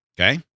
Okay